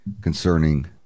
concerning